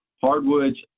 hardwoods